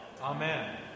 Amen